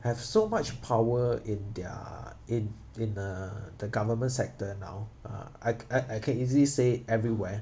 have so much power in their in in uh the government sector now uh I I can easily say everywhere